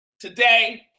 today